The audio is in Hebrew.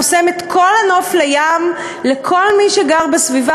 חוסם את כל הנוף לים לכל מי שגר בסביבה.